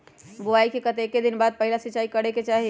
बोआई के कतेक दिन बाद पहिला सिंचाई करे के चाही?